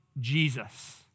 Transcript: Jesus